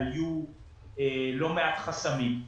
היו לא מעט חסמים גם